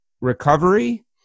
recovery